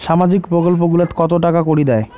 সামাজিক প্রকল্প গুলাট কত টাকা করি দেয়?